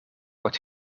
wordt